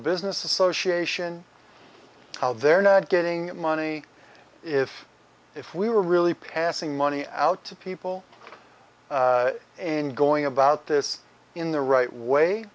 business association how they're not getting money if if we were really passing money out to people and going about this in the right way